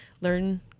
learn